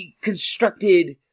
constructed